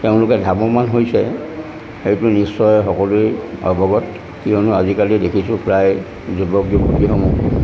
তেওঁলোকে ধাৱমান হৈছে সেইটো নিশ্চয় সকলোৱে অৱগত কিয়নো আজিকালি দেখিছোঁ প্ৰায় যুৱক যুৱতীসমূহ